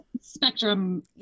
spectrum